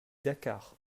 dakar